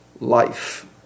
life